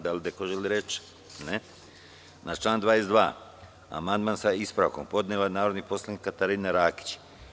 Da li neko želi reč? (Ne) Na član 22. amandman sa ispravkom podnela je narodna poslanica Katarina Rakić.